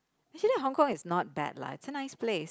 actually Hong Kong is not bad lah is a nice place